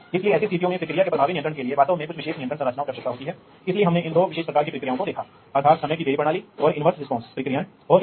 एक प्रक्रिया स्वचालन प्रणाली में सैकड़ों और हजारों विभिन्न प्रकार के इलेक्ट्रॉनिक घटक होते हैं